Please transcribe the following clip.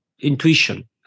intuition